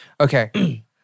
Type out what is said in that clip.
Okay